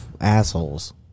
assholes